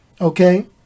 Okay